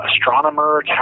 astronomer